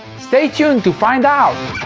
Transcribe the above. stay tuned to find out.